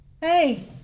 Hey